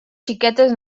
xiquetes